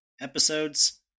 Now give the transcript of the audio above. episodes